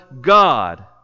God